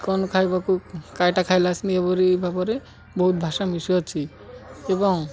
କ'ଣ ଖାଇବାକୁ କାଇଟା ଖାଇଲେ ସିନି ଏପରି ଭାବରେ ବହୁତ ଭାଷା ମିଶୁଅଛି ଏବଂ